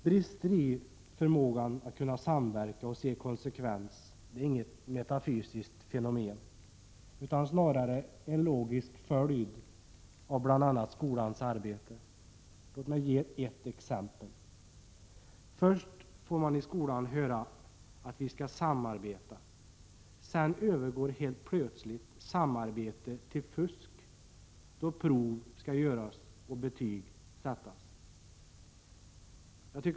Brister i förmågan att kunna samverka och se konsekvenser är inget metafysiskt fenomen utan är snarare en logisk följd av bl.a. skolans arbete. Låt mig ge ett exempel. Först får man i skolan höra att man skall samarbeta. Sedan övergår helt plötsligt samarbete till fusk, då prov skall göras och betyg sättas.